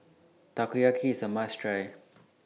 Takoyaki IS A must Try